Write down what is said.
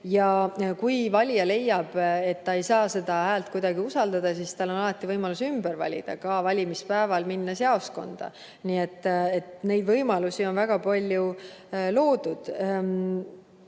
Ja kui valija leiab, et ta ei saa [nii antud] häält kuidagi usaldada, siis tal on alati võimalus uuesti valida ka valimispäeval, minnes jaoskonda. Nii et neid võimalusi on väga palju loodud. Eesti